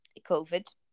COVID